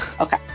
Okay